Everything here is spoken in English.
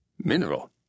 Mineral